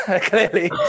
clearly